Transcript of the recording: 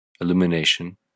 illumination